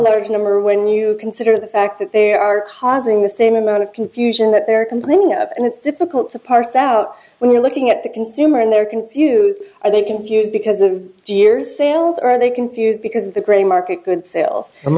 large number when you consider the fact that there are causing the same amount of confusion that they're complaining of and it's difficult to parse out when you're looking at the consumer and they're confused i think confused because a few years sales are they confused because the gray market good sales i'm